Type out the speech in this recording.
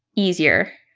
easier.